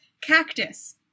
Cactus